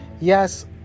yes